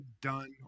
done